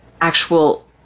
actual